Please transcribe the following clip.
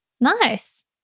Nice